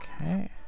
Okay